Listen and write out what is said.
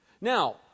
Now